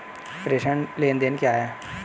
प्रेषण लेनदेन क्या है?